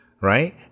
right